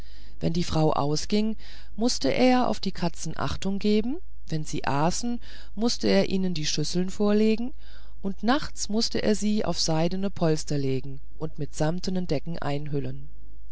wenn die frau ausging mußte er auf die katzen achtung geben wenn sie aßen mußte er ihnen die schüsseln vorlegen und nachts mußte er sie auf seidene polster legen und sie mit samtenen decken einhüllen